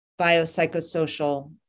biopsychosocial